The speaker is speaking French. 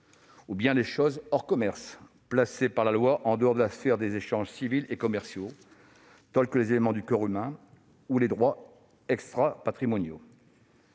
ou bien les choses « hors commerce », placées par la loi en dehors de la sphère des échanges civils et commerciaux, tels que les éléments du corps humain ou les droits extrapatrimoniaux.